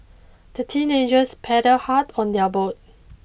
the teenagers paddled hard on their boat